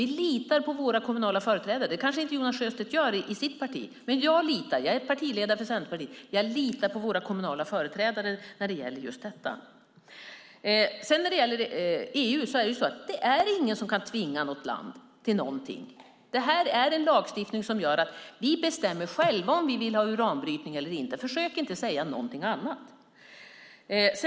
Vi litar på våra kommunala företrädare. Det kanske inte Jonas Sjöstedt gör i sitt parti. Jag är partiledare för Centerpartiet, och jag litar på våra kommunala företrädare i den här frågan. Det finns ingen inom EU som kan tvinga ett land till någonting. Det här är en lagstiftning som gör att vi själva bestämmer om vi vill ha uranbrytning eller inte. Försök inte säga någonting annat!